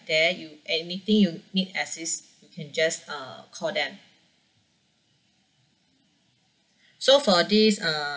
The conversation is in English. there you anything you need assist and just uh call them so far this uh